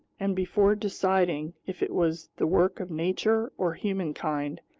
and before deciding if it was the work of nature or humankind,